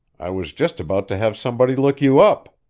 i was just about to have somebody look you up.